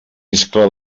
iscle